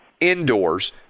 Indoors